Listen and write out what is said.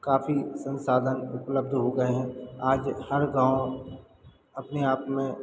काफ़ी संसाधन उपलब्ध हो गए हैं आज हर गाँव अपने आप में